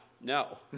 No